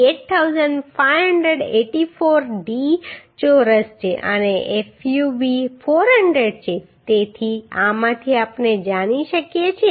78584d ચોરસ છે અને fub 400 છે તેથી આમાંથી આપણે જાણી શકીએ છીએ